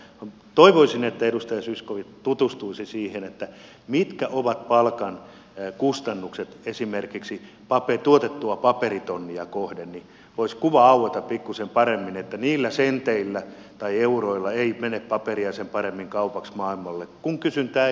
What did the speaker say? toivoisin että edustaja zyskowicz tutustuisi siihen mitkä ovat palkan kustannukset esimerkiksi tuotettua paperitonnia kohden niin voisi kuva aueta pikkuisen paremmin että niillä senteillä tai euroilla ei mene paperia sen paremmin kaupaksi maailmalle kun kysyntää ei muutenkaan ole